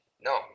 No